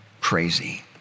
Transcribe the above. crazy